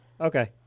Okay